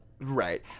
Right